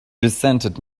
resented